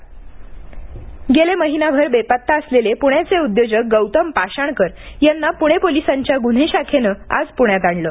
पाषाणकर गेले महिनाभर बेपत्ता असलेले पुण्याचे उद्योजक गौतम पाषाणकर यांना पुणे पोलिसांच्या गुन्हे शाखेनं आज प्ण्यात आणलं